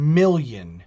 million